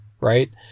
right